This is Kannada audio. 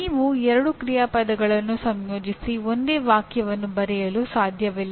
ನೀವು ಎರಡು ಕ್ರಿಯಾಪದಗಳನ್ನು ಸಂಯೋಜಿಸಿ ಒಂದೇ ವಾಕ್ಯವನ್ನು ಬರೆಯಲು ಸಾಧ್ಯವಿಲ್ಲ